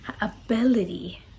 ability